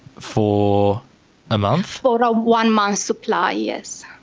for a month? for one month's supply, yes.